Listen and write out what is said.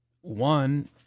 one